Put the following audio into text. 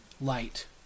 light